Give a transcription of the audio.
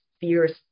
fierce